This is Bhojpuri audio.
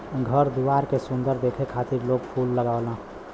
घर दुआर के सुंदर दिखे खातिर लोग फूल लगावलन